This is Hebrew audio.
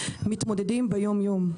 מתמודדים ביום-יום.